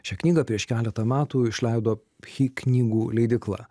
šią knygą prieš keletą metų išleido phi knygų leidykla